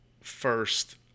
first